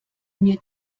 mir